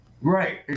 Right